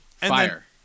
Fire